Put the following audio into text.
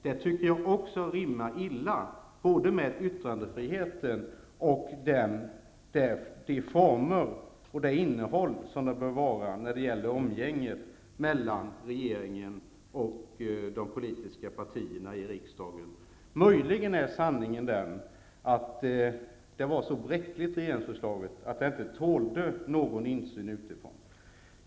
Det tycker jag rimmar illa både med yttrandefriheten och de former och det innehåll som det bör vara när det gäller umgänget mellan regeringen och de politiska partierna i riksdagen. Möjligen är sanningen den att regeringsförslaget var så bräckligt att det inte tålde någon insyn utifrån.